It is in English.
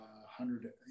hundred